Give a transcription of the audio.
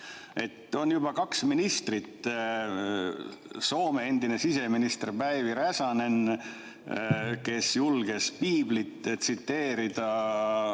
On juba kaks ministrit, Soome endine siseminister Päivi Räsänen, kes julges piiblit tsiteerida,